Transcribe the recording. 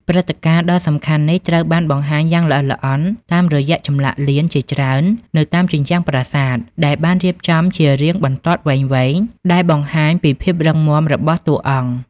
ព្រឹត្តិការណ៍ដ៏សំខាន់នេះត្រូវបានបង្ហាញយ៉ាងល្អិតល្អន់តាមរយៈចម្លាក់លៀនជាច្រើននៅតាមជញ្ជាំងប្រាសាទដែលបានរៀបចំជារាងបន្ទាត់វែងៗដែលបង្ហាញពីភាពរឹងមាំរបស់តួអង្គ។